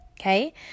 Okay